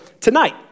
tonight